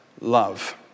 love